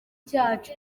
cyacu